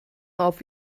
auf